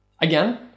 Again